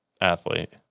athlete